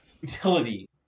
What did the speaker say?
utility